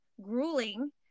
grueling